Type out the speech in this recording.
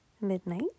midnight